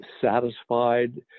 satisfied